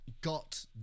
got